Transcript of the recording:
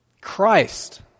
Christ